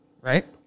Right